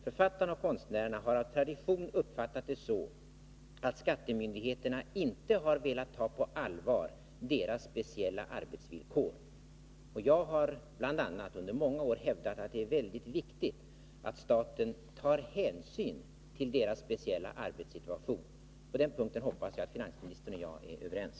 Författarna och konstnärerna har av tradition uppfattat det så, att skattemyndigheterna inte har velat ta deras speciella arbetsvillkor på allvar. Jag har under många år hävdat att det är mycket viktigt att staten tar hänsyn till författarnas och konstnärernas speciella arbetssituation. På den punkten hoppas jag att finansministern och jag är överens.